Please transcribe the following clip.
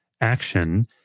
action